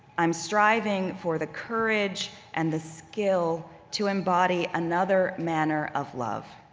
i am striving for the courage and the skill to embody another manner of love.